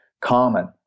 common